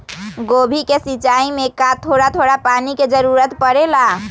गोभी के सिचाई में का थोड़ा थोड़ा पानी के जरूरत परे ला?